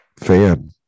fan